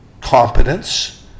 competence